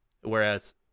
whereas